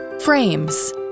Frames